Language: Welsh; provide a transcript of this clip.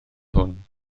hwn